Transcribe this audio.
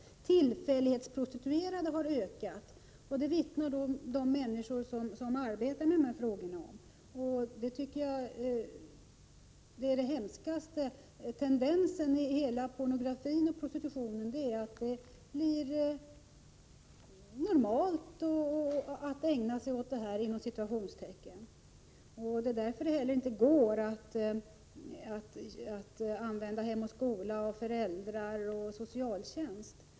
Antalet tillfällighetsprostituerade har ökat. Det vittnar de människor som arbetar med dessa frågor om. Den hemskaste tendensen inom hela pornografin och prostitutionen är att det blir ”normalt” att ägna sig åt detta. Det är därför det heller inte går att använda Hem och skola, föräldrar och socialtjänst.